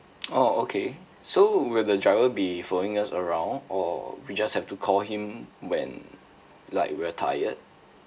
oh okay so will the driver be following us around or we just have to call him when like we're tired